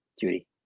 Judy